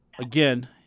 Again